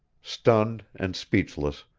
stunned and speechless,